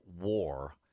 war